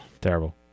Terrible